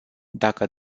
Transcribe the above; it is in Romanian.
dacă